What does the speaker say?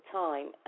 time